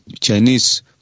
Chinese